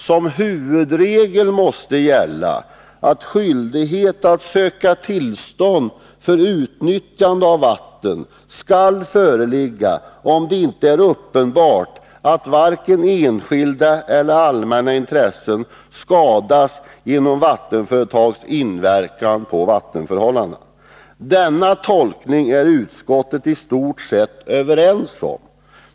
Som huvudregel måste gälla att skyldighet att söka tillstånd för utnyttjande av vatten skall föreligga, om det inte är uppenbart att varken enskilda eller allmänna intressen skadas genom vattenföretags inverkan på vattenförhållandena. Denna tolkning är utskottet i stort sett överens om.